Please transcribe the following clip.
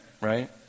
Right